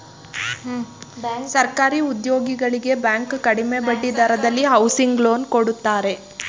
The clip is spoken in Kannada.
ಸರ್ಕಾರಿ ಉದ್ಯೋಗಿಗಳಿಗೆ ಬ್ಯಾಂಕ್ ಕಡಿಮೆ ಬಡ್ಡಿ ದರದಲ್ಲಿ ಹೌಸಿಂಗ್ ಲೋನ್ ಕೊಡುತ್ತಾರೆ